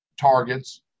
targets